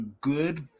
good